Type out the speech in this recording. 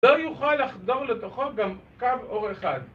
לא יוכל לחדור לתוכו גם קו אור אחד.